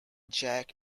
jack